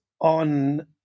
on